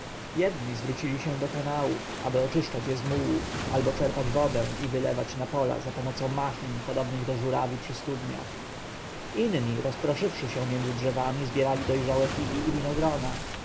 zwrócili się do kanałów aby oczyszczać je z mułu albo czerpać wodę i wylewać na pola zapomocą machin podobnych do żórawi przy studniach inni rozproszywszy się między drzewami zbierali dojrzałe figi i winogrona